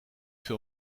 veel